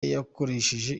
yakoresheje